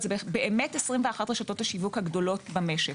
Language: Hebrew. הן באמת 21 רשתות השיווק הגדולות במשק